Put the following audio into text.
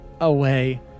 away